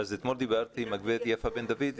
אתמול דיברתי עם גב' יפה בן דוד,